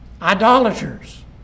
Idolaters